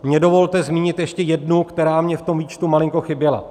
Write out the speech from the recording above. Mně dovolte zmínit ještě jednu, která mně v tom výčtu malinko chyběla.